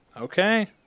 Okay